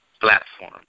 platform